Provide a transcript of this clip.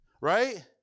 Right